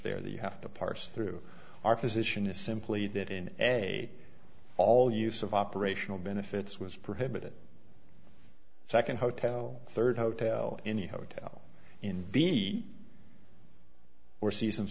there that you have to parse through our position is simply that in a all use of operational benefits was prohibited second hotel third hotel any hotel in b or